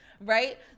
right